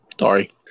Sorry